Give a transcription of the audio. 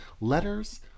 Letters